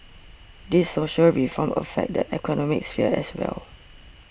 these social reforms affect the economic sphere as well